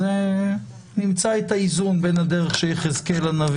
אז נמצא את האיזון בין הדרך שיחזקאל הנביא